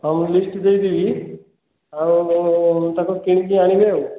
ହଉ ଲିଷ୍ଟ ଦେଇଦେବି ଆଉ ତାକୁ କିଣିକି ଆଣିବେ ଆଉ